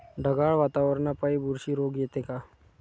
ढगाळ वातावरनापाई बुरशी रोग येते का?